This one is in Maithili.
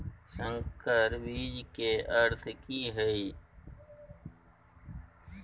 संकर बीज के अर्थ की हैय?